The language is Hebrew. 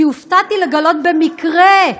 כי הופתעתי לגלות במקרה,